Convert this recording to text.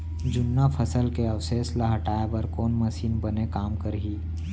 जुन्ना फसल के अवशेष ला हटाए बर कोन मशीन बने काम करही?